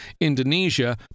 Indonesia